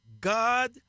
God